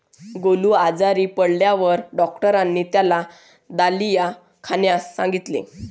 गोलू आजारी पडल्यावर डॉक्टरांनी त्याला दलिया खाण्यास सांगितले